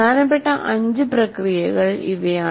പ്രധാനപ്പെട്ട അഞ്ച് പ്രക്രിയകൾ ഇവയാണ്